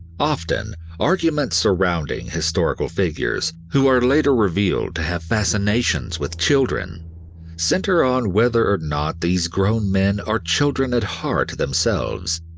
often arguments surrounding historical figures who are later revealed to have fascinations with children center on whether or not these grown men are children at heart themselves,